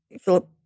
Philip